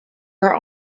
are